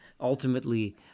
Ultimately